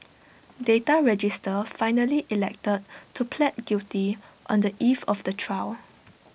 data register finally elected to plead guilty on the eve of the trial